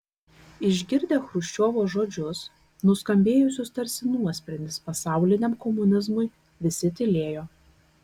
išgirdę chruščiovo žodžius nuskambėjusius tarsi nuosprendis pasauliniam komunizmui visi tylėjo